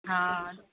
हा